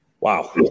Wow